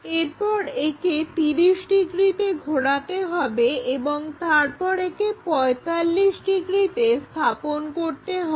এরপর একে 30 ডিগ্রিতে ঘোরাতে হবে এবং তারপর একে 45 ডিগ্রিতে স্থাপন করতে হবে